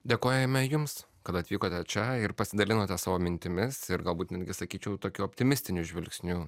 dėkojame jums kad atvykote čia ir pasidalinote savo mintimis ir galbūt netgi sakyčiau tokiu optimistiniu žvilgsniu